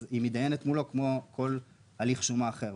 אז היא מתדיינת מולו כמו כל הליך שומה אחר.